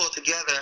together